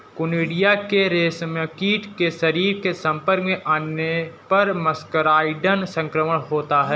conidia के रेशमकीट के शरीर के संपर्क में आने पर मस्करडाइन संक्रमण होता है